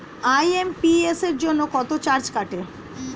IMPS জন্য কত charge কাটে?